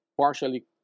partially